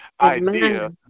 idea